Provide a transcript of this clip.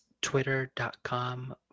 twitter.com